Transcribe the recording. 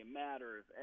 matters